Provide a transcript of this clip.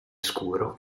scuro